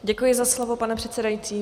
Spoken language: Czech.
Děkuji za slovo, pane předsedající.